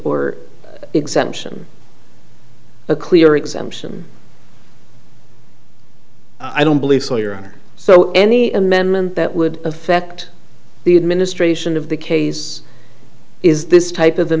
or exemption a clear exemption i don't believe sawyer so any amendment that would affect the administration of the case is this type of